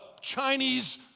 Chinese